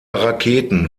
raketen